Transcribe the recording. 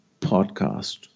podcast